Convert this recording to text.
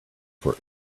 for